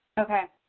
okay,